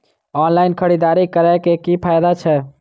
Online खरीददारी करै केँ की फायदा छै?